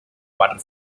quarter